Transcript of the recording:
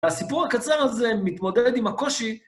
הסיפור הקצר הזה מתמודד עם הקושי.